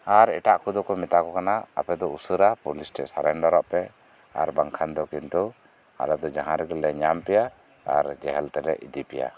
ᱟᱨ ᱮᱴᱟᱜ ᱠᱚᱫᱚ ᱠᱚ ᱢᱮᱛᱟ ᱠᱚ ᱠᱟᱱᱟ ᱟᱯᱮ ᱫᱚ ᱩᱥᱟᱹᱨᱟ ᱯᱩᱞᱤᱥ ᱴᱷᱮᱱ ᱥᱮᱞᱮᱱ ᱰᱟᱨᱚᱜ ᱯᱮ ᱟᱨ ᱵᱟᱝᱠᱷᱟᱱ ᱫᱚ ᱠᱤᱱᱛᱩ ᱟᱞᱮ ᱫᱚ ᱡᱟᱦᱟ ᱨᱮᱜᱮ ᱞᱮ ᱧᱟᱢ ᱯᱮᱭᱟ ᱡᱮᱦᱮᱞ ᱛᱮᱞᱮ ᱤᱫᱤ ᱯᱮᱭᱟ